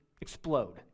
explode